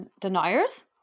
deniers